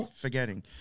forgetting